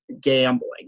gambling